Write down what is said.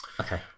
Okay